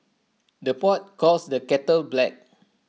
the pot calls the kettle black